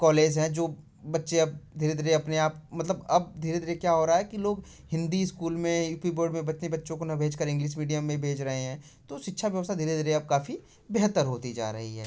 colleges हैं जो बच्चे अब धीरे धीरे अपने आप मतलब अब धीरे धीरे क्या हो रहा है कि लोग हिन्दी स्कूल में यू पी बोर्ड में बच्चों को न भेज कर इंग्लिस मीडियम में भेज रहे हैं तो शिक्षा व्यवस्था धीरे धीरे अब काफ़ी बेहतर होती जा रही है